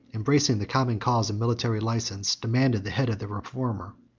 embracing the common cause of military license, demanded the head of the reformer.